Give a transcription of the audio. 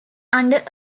under